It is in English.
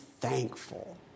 thankful